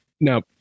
Now